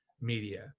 media